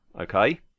Okay